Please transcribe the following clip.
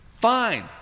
Fine